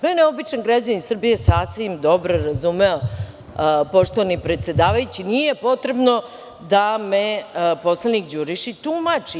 Mene običan građanin Srbije sasvim dobro razume, poštovani predsedavajući, nije potrebno da me poslanik Đurišić tumači.